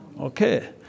Okay